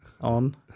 on